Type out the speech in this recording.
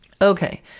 okay